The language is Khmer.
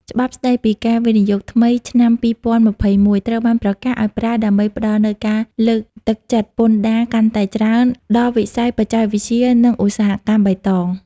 ច្បាប់ស្ដីពីការវិនិយោគថ្មីឆ្នាំ ២០២១ ត្រូវបានប្រកាសឱ្យប្រើដើម្បីផ្ដល់នូវការលើកទឹកចិត្តពន្ធដារកាន់តែច្រើនដល់វិស័យបច្ចេកវិទ្យា និងឧស្សាហកម្មបៃតង។